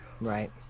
Right